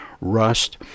Rust